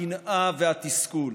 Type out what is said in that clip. הקנאה והתסכול.